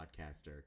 podcaster